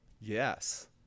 Yes